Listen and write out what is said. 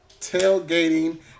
tailgating